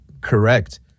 correct